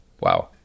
Wow